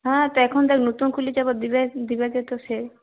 হ্যাঁ তো এখন দেখ নতুন খুলেছে দিবে দিবে কি তো সে